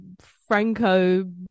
Franco